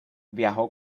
viajó